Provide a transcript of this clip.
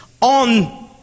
on